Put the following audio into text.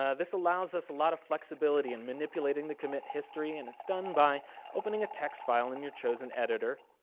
ah this allows us a lot of flexibility in manipulating the commit history and its done by opening a text file in your chosen editor,